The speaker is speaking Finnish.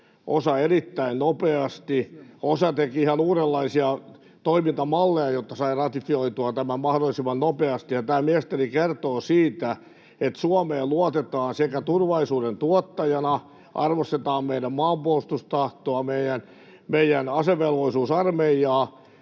osa erittäin nopeasti, ja osa teki ihan uudenlaisia toimintamalleja, jotta sai ratifioitua tämän mahdollisimman nopeasti. Tämä mielestäni kertoo siitä, että Suomeen luotetaan turvallisuuden tuottajana, arvostetaan meidän maanpuolustustahtoamme ja meidän asevelvollisuusarmeijaamme,